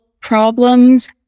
problems